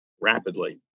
rapidly